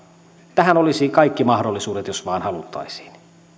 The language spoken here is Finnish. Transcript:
tähän olisi kaikki mahdollisuudet jos vain haluttaisiin